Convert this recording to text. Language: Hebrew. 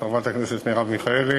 חברת כנסת מרב מיכאלי,